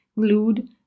glued